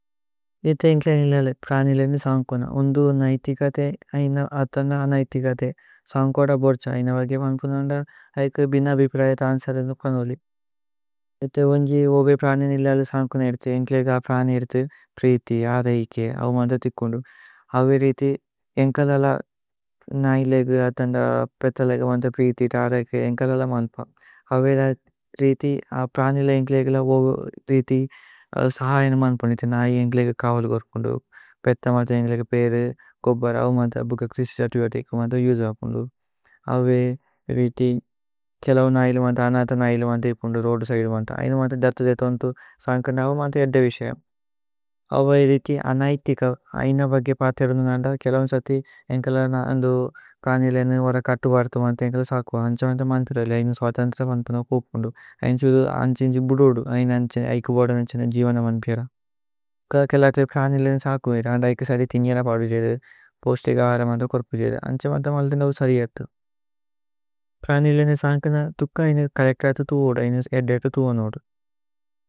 ഇഥേ ഏന്ക്ലേ നിലലേ പ്രാനിലേനേ സന്കുന ഉന്ദു നൈതി। കതേ അതന്ദ അനൈതി കതേ। സന്കോദ ബോര്ഛ ഐന। വഗേ മന്പുനന്ദ ഐകു ബിന ബിപിരയത് അന്സരിന്ദു। പനോലി ഇഥേ ഉന്ജി ഓബേ പ്രാനിലേനേ നിലലേ സന്കുന। ഇര്തി ഏന്ക്ലേഗേ അ പ്രാനി ഇര്തി പ്രീഥി ആദ ഇകേ ഔ। മന്ദ തികുന്ദു അവേ രീഥി ഏന്ക ലല നൈലേഗേ അതന്ദ। പേഥ ലേഗേ മന്ദ പ്രീഥി താദ ഇകേ। ഏന്ക ലല മല്പ അവേ രീഥി അ പ്രാനിലേ ഏന്ക്ലേഗേലേ। ഓബേ രീഥി അവേ രീഥി സഹജന മന്പുന്ദു ഇഥേ നൈലേ। ഏന്ക്ലേഗേ കവല കോരുപുന്ദു പേഥ മന്ദ ഏന്ക്ലേഗേ പേര। ഗോബര അവേ മന്ദ ബുക ക്രിസ്തി തതു വതേ ഇകു മന്ദ। ഉജ ഉപുന്ദു അവേ രീഥി കേലൌ നൈലേ മന്ദ അനത। നൈലേ മന്ദ ഇപുന്ദു രോദ സൈവ മന്ദ ഐന മന്ദ। ദഥു അഥ് സന്കുന്ദ അവേ മന്ദ ഏദ്ദ വിശയ അവേ। രീഥി അനൈതിക ഐന വഗേ പതി അദുനന്ദ കേലൌ। സഥി ഏന്കല പനിലേനേ ഓര കത്തു ബര്ഥ മന്ദ। ഏന്കല സകോ അന്ഛ മന്ദ മന്പിരലി ഐന സ്വാതന്തര। മന്പുനന്ദ ഉപുന്ദു അന്ഛ അന്ഛ ബുദോദു ഐന അന്ഛ। ഇകു ബോദന അന്ഛ ന ജിവന്ദ മന്പിരല തുക്ക। കേലൌകേ പ്രനിലേനേ സകോ മേരേ അന്ദ ഇകു സരി ഥിനിയര। പദു ജേരേ പോസ്തേഗ ഹര മന്ദ കോരുപു ജേരേ അന്ഛ। മന്ദ മന്ദ നൌ സരി യഥു പ്രനിലേനേ സന്കുന തുക്ക। ഐന കലേക്ത അഥ ഥുവോദ ഐന ഏദ്ദ അഥ ഥുവോനോദ।